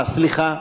אה, סליחה.